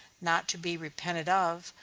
not to be repented of,